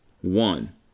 One